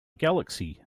galaxy